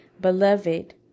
Beloved